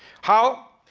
how?